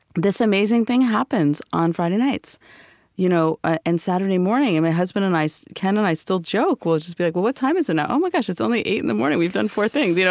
this amazing thing happens on friday nights you know and saturday morning. my husband and i so ken and i still joke. we'll just be like, what what time is it now? oh, my gosh, it's only eight in the morning. we've done four things! you know